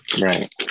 Right